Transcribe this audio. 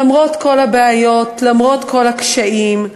למרות כל הבעיות, למרות כל הקשיים,